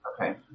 Okay